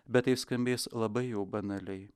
bet tai skambės labai jau banaliai